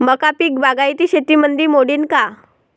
मका पीक बागायती शेतीमंदी मोडीन का?